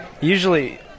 Usually